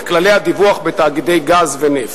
את כללי הדיווח בתאגידי גז ונפט.